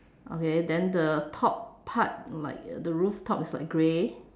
okay then the top part like the rooftop is like grey